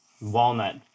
Walnut